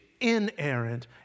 inerrant